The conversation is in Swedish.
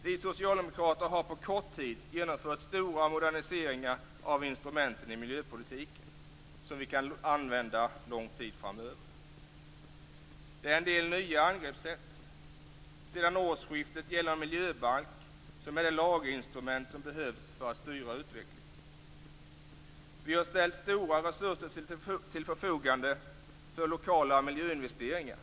Vi socialdemokrater har på kort tid genomfört stora moderniseringar av instrumenten i miljöpolitiken, som vi kan använda lång tid framöver. Det är en del nya angreppssätt. Sedan årsskiftet gäller en miljöbalk, som är det laginstrument som behövs för att styra utvecklingen. Vi har ställt stora resurser till förfogande för lokala miljöinvesteringar.